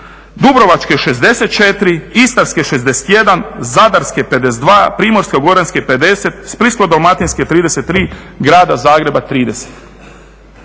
Dubrovačke 64, Istarske 61, Zadarske 52, Primorsko-goranske 50, Splitsko-dalmatinske 33, Grada Zagreba 30.